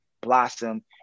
blossom